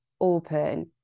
open